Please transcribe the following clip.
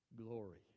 glory